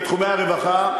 בתחומי הרווחה,